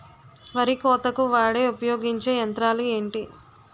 వరి కోతకు వాడే ఉపయోగించే యంత్రాలు ఏంటి?